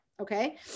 okay